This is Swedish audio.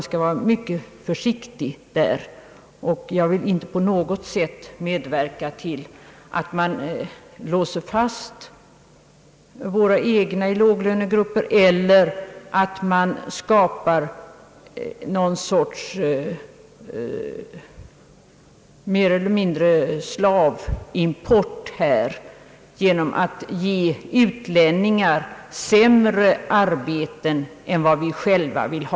Jag vill inte medverka till att man låser fast våra egna låglönegrupper eller mer eller mindre skapar någon sorts slavimport genom att ge utlänningar sämre arbeten än vad vi själva vill ha.